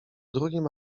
drugim